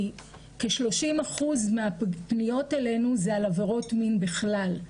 כי כ-30% מהפניות אלינו זה על עבירות מין בכלל.